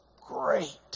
great